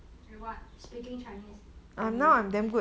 at what speaking chinese or malay